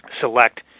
select